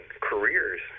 careers